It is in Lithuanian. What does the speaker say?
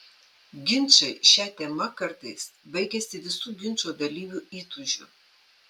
ginčai šia tema kartais baigiasi visų ginčo dalyvių įtūžiu